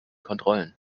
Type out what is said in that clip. kontrollen